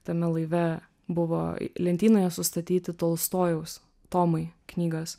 tame laive buvo lentynoje sustatyti tolstojaus tomai knygas